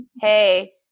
hey